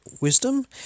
Wisdom